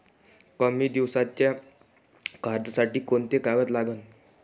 कमी दिसाच्या कर्जासाठी कोंते कागद लागन?